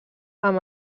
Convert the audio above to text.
amb